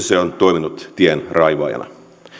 se on toiminut tienraivaajana